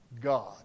God